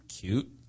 cute